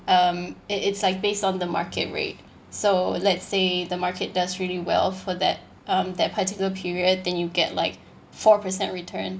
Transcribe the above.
um it it's like based on the market rate so let's say the market does really well for that um that particular period then you get like four percent return